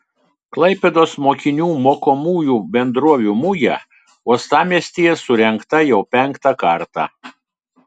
klaipėdos mokinių mokomųjų bendrovių mugė uostamiestyje surengta jau penktą kartą